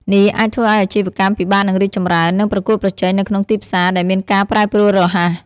នេះអាចធ្វើឲ្យអាជីវកម្មពិបាកនឹងរីកចម្រើន និងប្រកួតប្រជែងនៅក្នុងទីផ្សារដែលមានការប្រែប្រួលរហ័ស។